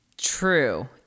True